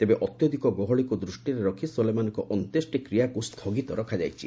ତେବେ ଅତ୍ୟଧିକ ଗହଳିକୁ ଦୃଷ୍ଟିରେ ରଖି ସୋଲେମାନିଙ୍କର ଅନ୍ତ୍ୟେଷ୍ଟିକ୍ରିୟାକୁ ସ୍ଥଗିତ କରାଯାଇଛି